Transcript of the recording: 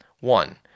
One